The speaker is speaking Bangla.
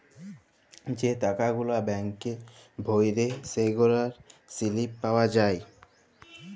যে টাকা গুলা ব্যাংকে ভ্যইরে সেগলার সিলিপ পাউয়া যায়